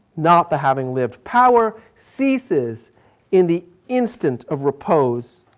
not the having lived. power ceases in the instant of repose.